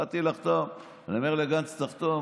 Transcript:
באתי לחתום, אני אומר לגנץ: תחתום.